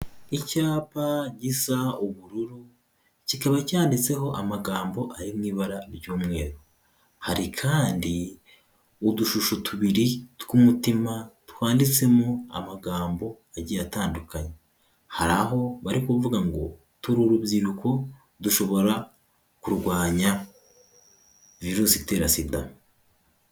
Icyapa gisa ubururu, kikaba cyanditseho amagambo ari mu ibara ry'umweru. Hari kandi udushusho tubiri tw'umutima twanditsemo amagambo agiye atandukanye. Hari aho bari kuvuga ngo "Turi ubyiruko, dushobora kurwanya virusi itera SIDA"